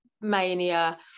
mania